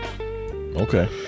Okay